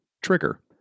trigger